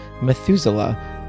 Methuselah